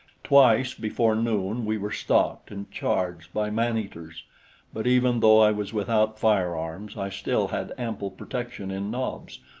twice before noon we were stalked and charged by man-eaters but even though i was without firearms, i still had ample protection in nobs,